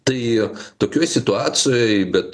tai tokioj situacijoj bet